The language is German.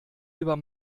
über